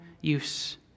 use